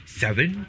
seven